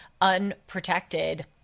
unprotected